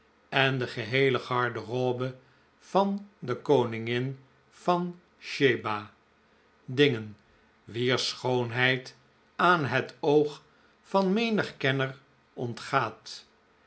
en de geheele garderobe van de koningin van scheba dingen wier schoonheid aan het oog van menig kenner ontgaat